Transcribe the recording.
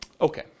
Okay